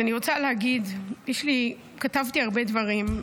כתבתי הרבה דברים,